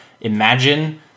imagine